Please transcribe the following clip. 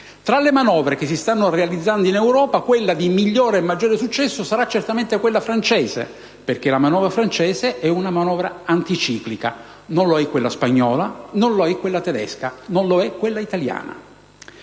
Tra le manovre che si stanno realizzando oggi in Europa, quella migliore e di maggiore successo sarà certamente quella francese, perché è anticiclica. Non lo è quella spagnola, non lo è quella tedesca, non lo è quella italiana.